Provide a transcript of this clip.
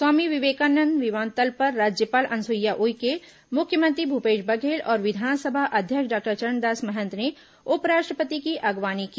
स्वामी विवेकानंद विमानतल पर राज्यपाल अनुसुईया उइके मुख्यमंत्री भूपेश बघेल और विधानसभा अध्यक्ष डॉक्टर चरणदास महंत ने उपराष्ट्रपति की अगवानी की